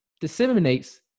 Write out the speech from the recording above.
disseminates